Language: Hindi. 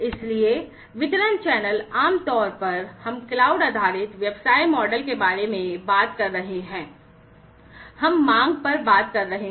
इसलिए वितरण चैनल में आमतौर पर हम क्लाउड आधारित व्यवसाय मॉडल के बारे में बात कर रहे हैं हम मांग पर बात कर रहे हैं